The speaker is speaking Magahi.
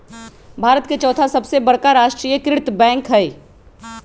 भारत के चौथा सबसे बड़का राष्ट्रीय कृत बैंक हइ